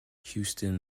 houston